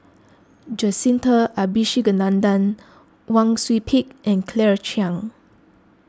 Jacintha Abisheganaden Wang Sui Pick and Claire Chiang